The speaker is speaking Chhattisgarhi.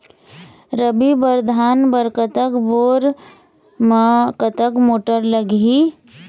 रबी बर धान बर कतक बोर म कतक मोटर लागिही?